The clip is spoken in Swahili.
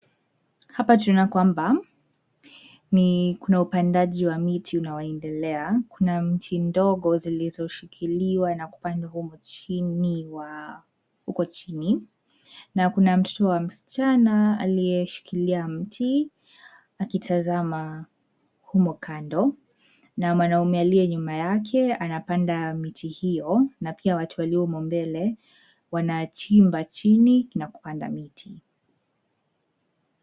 Hapa tunaona kwamba ni kuna upandaji wa miti unaendelea; kuna mti ndogo zilizoshikiliwa na kupandwa huko chini. Kuna mtoto wa msichana aliyeshikilia mti akitazama humo kando. Na mwanaume aliye nyuma yake, anapanda miti hiyo na pia watu waliomo mbele wanachimba chini na kupanda miti.